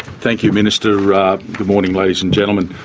thank you minister. good morning ladies and gentlemen.